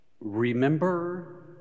Remember